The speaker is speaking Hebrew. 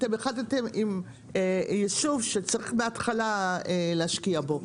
אתם החלטתם עם יישוב שצריך מהתחלה להשקיע בו,